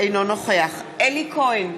אינו נוכח אלי כהן,